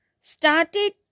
started